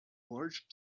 large